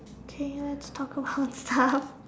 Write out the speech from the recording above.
okay lets talk about stuff